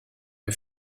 que